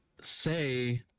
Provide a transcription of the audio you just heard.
say